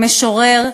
משורר,